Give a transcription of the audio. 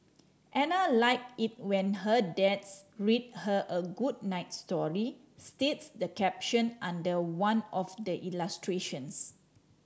Ana like it when her dads read her a good night story states the caption under one of the illustrations